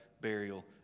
burial